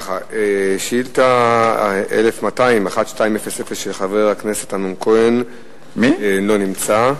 שאילתא 1200 של חבר הכנסת אמנון כהן, לא נמצא.